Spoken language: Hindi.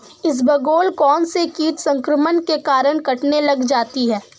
इसबगोल कौनसे कीट संक्रमण के कारण कटने लग जाती है?